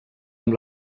amb